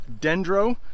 Dendro